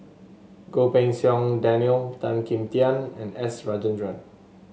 Goh Pei Siong Daniel Tan Kim Tian and S Rajendran